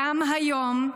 גם היום,